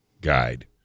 guide